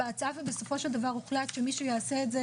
בהצעה בסופו של דבר הוחלט שמי שיעשה את זה